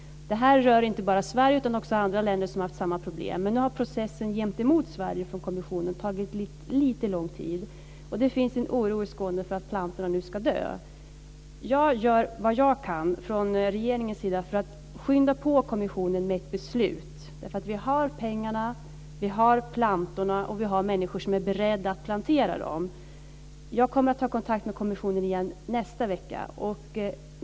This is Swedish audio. De här rör inte bara Sverige, utan det är också andra länder som har haft samma problem. Nu har processen gentemot Sverige från kommissionen tagit lite lång tid. Det finns en oro i Skåne för att plantorna ska dö. Jag gör vad jag kan från regeringens sida för att skynda på kommissionens beslut. Vi har pengarna, vi har plantorna och vi har människor som är beredda att plantera dem. Jag kommer att ta kontakt med kommissionen igen i nästa vecka.